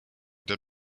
der